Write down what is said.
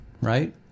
right